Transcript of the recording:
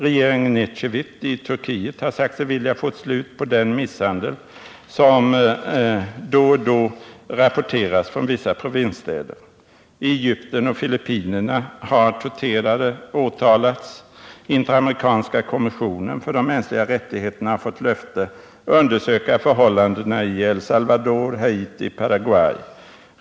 Regeringen Ecevit i Turkiet har sagt sig vilja få ett slut på den misshandel som då och då rapporteras från vissa provinsstäder. I Egypten och Filippinerna har torterare åtalats. Interamerikanska kommissionen för de mänskliga rättigheterna har fått löfte att undersöka förhållandena i El Salvador, Haiti och Paraguay.